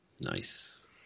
Nice